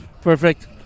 Perfect